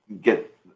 get